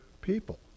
people